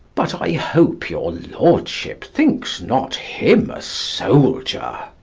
but i hope your lordship thinks not him a soldier.